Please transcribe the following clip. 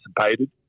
anticipated